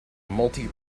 multi